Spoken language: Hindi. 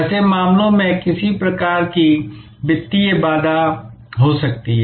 ऐसे मामलों में किसी प्रकार की वित्तीय बाधा हो सकती है